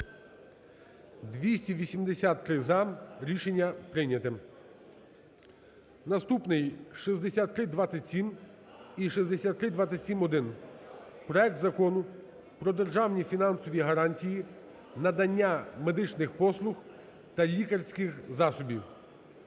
За-283 Рішення прийнято. Наступний: 6327 і 6327-1. Проект Закону про державні фінансові гарантії надання медичних послуг та лікарських засобів.